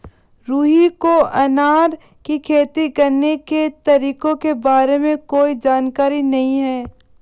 रुहि को अनार की खेती करने के तरीकों के बारे में कोई जानकारी नहीं है